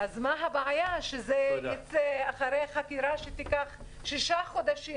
אז מה הבעיה שזה ייצא אחרי חקירה שתיקח שישה חודשים,